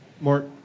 Mark